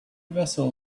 vessel